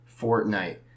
Fortnite